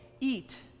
eat